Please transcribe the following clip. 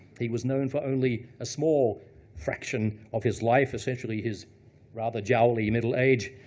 he was known for only a small fraction of his life, essentially his rather jowly middle age,